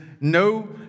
no